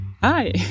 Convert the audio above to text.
Hi